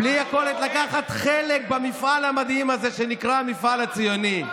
בלי יכולת לקחת חלק במפעל המדהים הזה שנקרא המפעל הציוני,